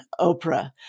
Oprah